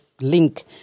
link